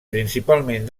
principalment